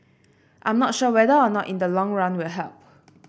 I'm not sure whether or not in the long run will help